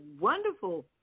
wonderful